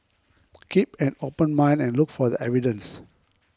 keep an open mind and look for the evidence